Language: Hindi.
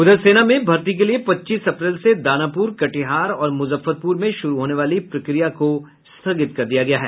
उधर सेना में भर्ती के लिए पच्चीस अप्रैल से दानापुर कटिहार और मुजफ्फरपुर में शुरू होने वाली प्रक्रिया को स्थगित कर दिया है